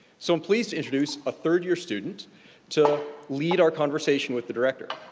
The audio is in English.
so i'm pleased to introduce a third year student to lead our conversation with the director.